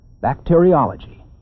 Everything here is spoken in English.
bacteriology